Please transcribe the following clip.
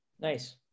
Nice